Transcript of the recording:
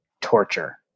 torture